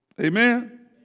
Amen